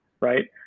Right